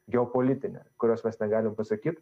geopolitinė kurios mes negalim pasakyt